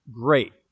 great